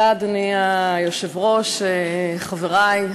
אדוני היושב-ראש, תודה, חברי,